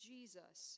Jesus